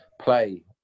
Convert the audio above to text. play